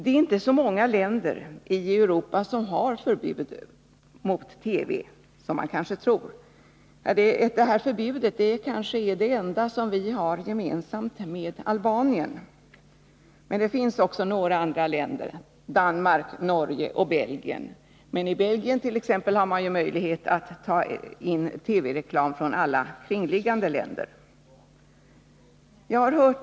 Det är inte så många länder i Europa som man kanske tror som har förbud mot TV-reklam. Det här förbudet är kanske det enda vi har gemensamt med Albanien. Men det finns också några andra länder som har förbud: Danmark, Norge och Belgien. Men it.ex. Belgien har man ju möjlighet att ta in TV-reklam från alla kringliggande länder.